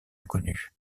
inconnu